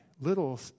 little